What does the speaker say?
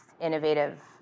innovative